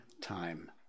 time